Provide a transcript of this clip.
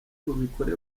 bubikore